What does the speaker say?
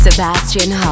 Sebastian